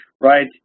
right